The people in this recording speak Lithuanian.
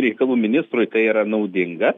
reikalų ministrui tai yra naudinga